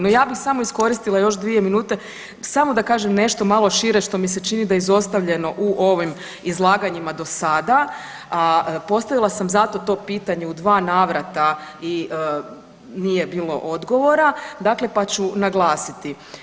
No, ja bih samo iskoristila samo 2 minute samo da kažem nešto malo šire što mi se čini da je izostavljeno u ovim izlaganjima do sada, a postavila sam zato to pitanje u dva navrata i nije bilo odgovora, dakle pa ću naglasiti.